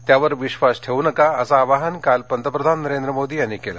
त्यावर विश्वास ठेवू नका असं आवाहन काल पंतप्रधान नरेंद्र मोदी यांनी केलं